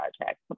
project